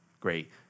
great